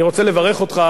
אני רוצה לברך אותך,